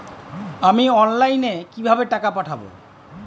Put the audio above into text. আমি অনলাইনে কিভাবে টাকা পাঠাব?